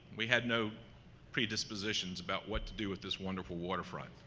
we had no predispositions about what to do with this wonderful water front.